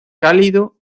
cálido